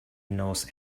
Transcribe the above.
knows